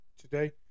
today